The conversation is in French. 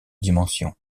dimension